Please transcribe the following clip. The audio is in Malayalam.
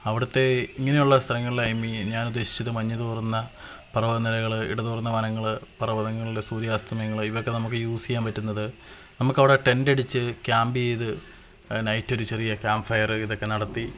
അവിടുത്തെ ഇങ്ങനെയുള്ള സ്ഥലങ്ങള് ഐ മീന് ഞാന് ഉദ്ദേശിച്ചത് മഞ്ഞുതോരുന്ന പര്വ്വത നിരകള് ഇടതുര്ന്ന വനങ്ങള് പര്വ്വതങ്ങളില് സൂര്യാസ്തമയങ്ങള് ഇവയൊക്കെ നമുക്ക് യൂസ് ചെയ്യാന് പറ്റുന്നത് നമുക്കവിടെ ററ്റെന്റ് അടിച്ച് ക്യാമ്പ് ചെയ്ത് നൈറ്റ് ഒരുചെറിയ ക്യാംപ് ഫയര് ഇതൊക്കെ നടത്തി